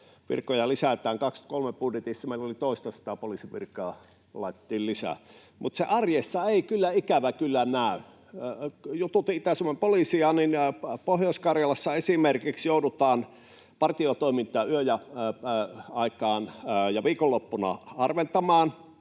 virkoja lisätään. Vuoden 23 budjetissa meillä toistasataa poliisivirkaa laitettiin lisää. Mutta arjessa se ei, ikävä kyllä, näy. Kun jututin Itä-Suomen poliisia, niin Pohjois-Karjalassa esimerkiksi joudutaan partiotoimintaa yöaikaan ja viikonloppuna harventamaan